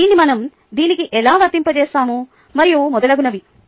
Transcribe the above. దీన్ని మనం దీనికి ఎలా వర్తింపజేస్తాము మరియు మొదలగునవి